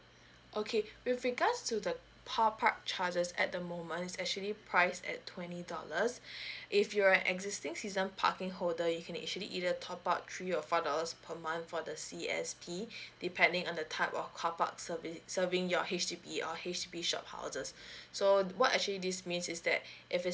okay with regards to the top up charges at the moment is actually priced at twenty dollars if you're an existing season parking holder you can actually either top up three or four dollars per month for the C_S_P depending on the type of carpark service serving your H_D_B or H_B shophouses so what actually this means is that if it's